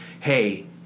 hey